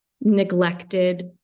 neglected